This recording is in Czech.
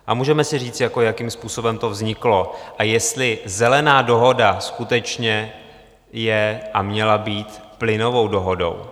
A můžeme si říct, jakým způsobem to vzniklo a jestli Zelená dohoda skutečně je a měla být plynovou dohodou.